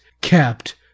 kept